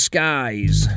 Skies